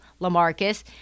LaMarcus